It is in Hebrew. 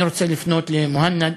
אני רוצה לפנות למוהנד